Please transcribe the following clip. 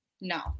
No